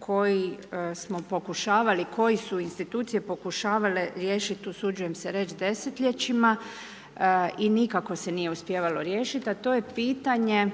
koji su institucije pokušavale riješiti, usuđujem se reći desetljećima i nikako se nije uspijevalo riješiti, a to je pitanje